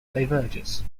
diverges